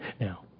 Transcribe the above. Now